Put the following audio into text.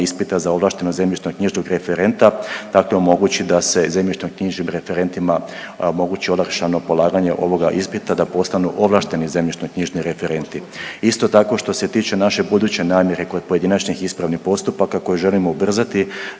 ispita za ovlaštenog zemljišno-knjižnog referenta, dakle omogući da se zemljišno-knjižnim referentima omogući olakšano polaganje ovoga ispita da postanu ovlašteni zemljišno-knjižni referenti. Isto tako što se tiče naše buduće namjere kod pojedinačnih ispravnih postupaka koje želimo ubrzati